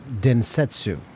Densetsu